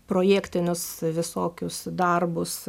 projektinius visokius darbus